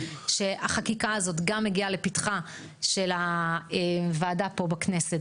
שהחקיקה הזאת גם מגיעה לפתחה של הוועדה פה בכנסת,